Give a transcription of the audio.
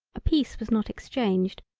a piece was not exchanged,